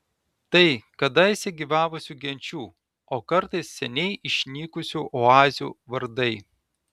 tai kadaise gyvavusių genčių o kartais seniai išnykusių oazių vardai